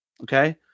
Okay